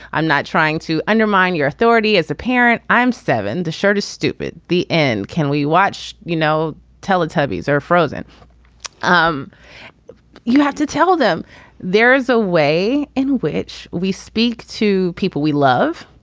i'm not trying to undermine your authority as a parent i'm seven. the shirt is stupid. the end. can we watch you know teletubbies are frozen um you have to tell them there is a way in which we speak to people we love.